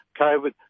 COVID